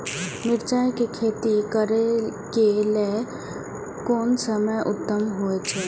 मिरचाई के खेती करे के लेल कोन समय उत्तम हुए छला?